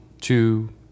two